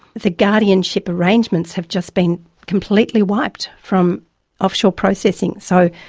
the guardianship arrangements have just been completely wiped from offshore processing. so,